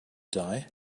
die